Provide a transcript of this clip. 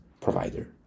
provider